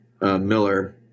Miller